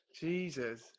Jesus